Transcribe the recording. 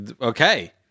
Okay